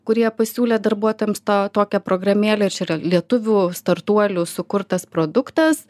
kurie pasiūlė darbuotojams tą tokią programėlę čia yra lietuvių startuolių sukurtas produktas